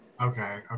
Okay